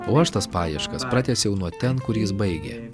o aš tas paieškas pratęsiau nuo ten kur jis baigė